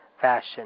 fashion